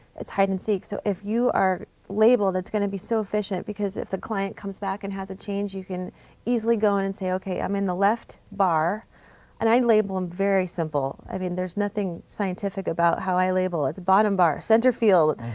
it's hide and seek. so, if you are labeled, it's going to be so efficient because if the client comes back and has a change, you can easily go in and say, okay, i'm in the left bar and i label them very simple. i mean there's nothing scientific about how i label it, it's bottom bar, center field.